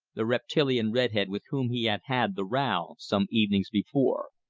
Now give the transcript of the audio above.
the reptilian red-head with whom he had had the row some evenings before.